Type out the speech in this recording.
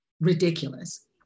ridiculous